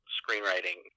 screenwriting